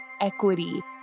equity